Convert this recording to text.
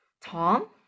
Tom